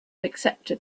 accepted